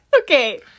Okay